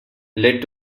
lead